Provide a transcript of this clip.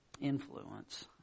influence